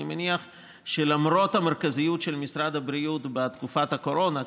אני מניח שלמרות המרכזיות של משרד הבריאות בתקופת הקורונה,